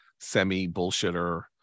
semi-bullshitter